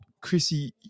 Chrissy